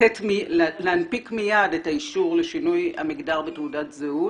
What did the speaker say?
להנפיק מייד את האישור לשינוי המגדר בתעודת זהות